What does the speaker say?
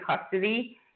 custody